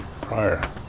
prior